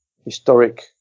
historic